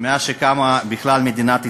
מאז קמה בכלל מדינת ישראל,